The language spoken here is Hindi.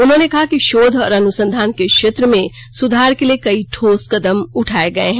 उन्होंने कहा कि शोध और अनुसंधान के क्षेत्र में सुधार के लिए कई ठोस कदम उठाये गये हैं